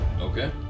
Okay